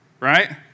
right